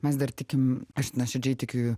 mes dar tikim aš nuoširdžiai tikiu